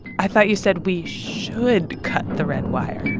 i thought you said we should cut the red wire